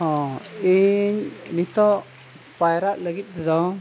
ᱚᱻ ᱤᱧ ᱱᱤᱛᱳᱜ ᱯᱟᱭᱨᱟᱜ ᱞᱟᱹᱜᱤᱫ ᱛᱮᱫᱚ